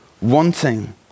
wanting